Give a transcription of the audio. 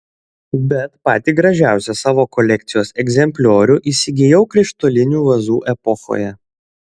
bet patį gražiausią savo kolekcijos egzempliorių įsigijau krištolinių vazų epochoje